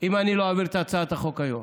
אם לא אעביר את הצעת החוק היום.